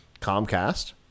Comcast